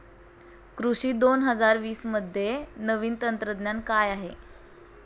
कृषी दोन हजार वीसमध्ये नवीन तंत्रज्ञान काय आहे?